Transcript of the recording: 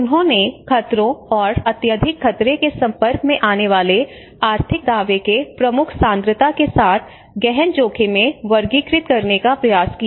उन्होंने खतरों और अत्यधिक खतरे के संपर्क में आने वाले आर्थिक दावे के प्रमुख सांद्रता के साथ गहन जोखिम में वर्गीकृत करने का प्रयास किया